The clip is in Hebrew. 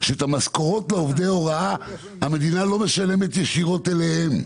שאת המשכורות לעובדי הוראה המדינה לא משלמת ישירות אליהם,